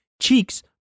Cheeks